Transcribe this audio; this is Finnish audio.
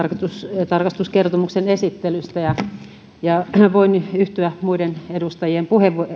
tilintarkastuskertomuksen esittelystä voin yhtyä muiden edustajien